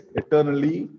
eternally